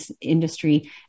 industry